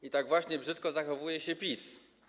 I tak właśnie brzydko zachowuje się PiS.